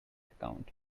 account